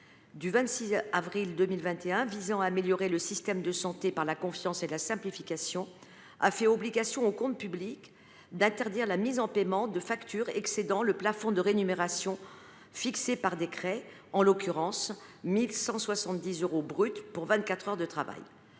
du 26 avril 2021 visant à améliorer le système de santé par la confiance et la simplification, dite loi Rist, a fait obligation aux comptes publics d’interdire la mise en paiement de factures excédant le plafond de rémunération fixé par décret, en l’occurrence 1 170 euros brut pour vingt quatre heures de travail.